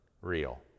real